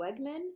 Wegman